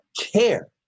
care